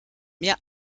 mir